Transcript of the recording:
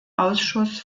ausschuss